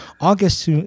August